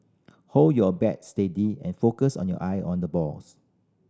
hold your bat steady and focus on your eye on the balls